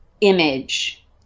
image